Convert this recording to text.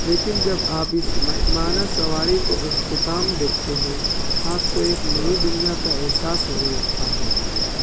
لیکن جب آپ اس مہمانہ سواری کو اختمام دیکھتے ہیں آپ کو ایک نئی دنیا کا احساس ہونے لگتا ہے